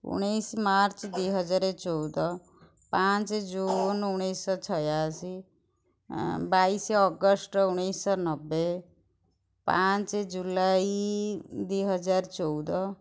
ଉଣେଇଶି ମାର୍ଚ୍ଚ ଦୁଇହଜାରଚଉଦ ପାଞ୍ଚ ଜୁନ୍ ଉଣେଇଶିଶହ ଛୟାଅଶୀ ବାଇଶି ଅଗଷ୍ଟ ଉଣେଇଶିଶହ ନବେ ପାଞ୍ଚ ଜୁଲାଇ ଦୁଇହଜାରଚଉଦ